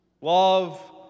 Love